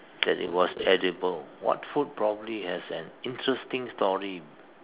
that it was edible what food probably has an interesting story